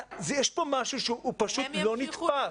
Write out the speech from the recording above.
יש פה משהו שהוא פשוט לא נתפס.